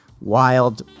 wild